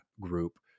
group